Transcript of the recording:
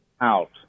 out